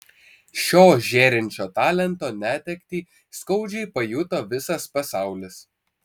šio žėrinčio talento netektį skaudžiai pajuto visas pasaulis